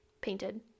painted